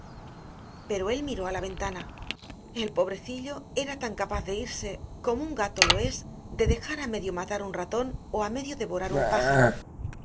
pero él miró a la ventana el pobrecillo era tan capaz de irse como un gato lo es de dejar a medio matar un ratón o a medio devorar un pájaro